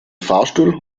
fahrstuhl